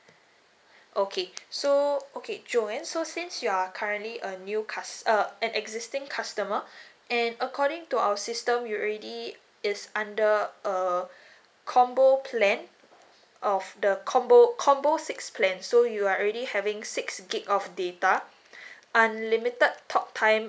okay so okay joanne so since you are currently a new cust~ uh an existing customer and according to our system you already it's under err combo plan of the combo combo six plan so you are already having six G_B of data unlimited talk time